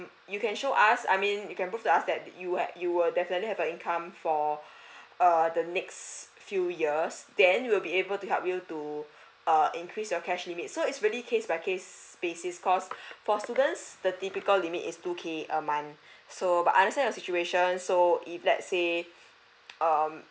you can show us I mean you can prove to us that you ha~ you will definitely have a income for err the next few years then you will be able to help you to err increase the cash limit so it's really case by case basis because for students the typical limit is two K a month so but I understand the situation so if let's say um